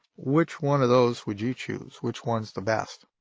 which one of those would you choose? which one's the best?